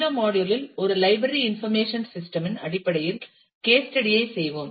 இந்த மாடியுல் இல் ஒரு லைப்ரரி இன்ஃபர்மேஷன் சிஸ்டம் இன் அடிப்படையில் கேஸ் ஸ்டடி ஐ செய்வோம்